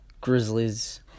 Grizzlies